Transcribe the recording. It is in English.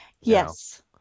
Yes